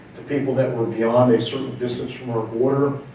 people that were beyond a certain distance from our border.